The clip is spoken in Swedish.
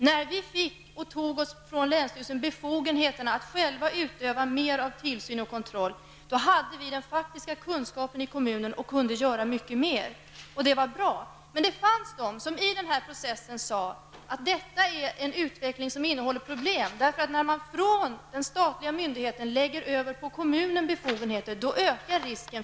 När vi fick eller från länsstyrelsen tog befogenheterna att själva utöva mer av tillsyn och kontroll, hade vi den faktiska kunskapen i kommunen och kunde göra mycket mer. Och det var bra. Men det fanns de som i den här processen sade att denna utveckling innehåller problem, eftersom risken för lojalitetskonflikter ökar när man från den statliga myndigheten lägger över befogenheter på kommunen.